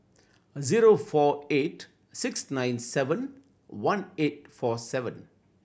zero four eight six nine seven one eight four seven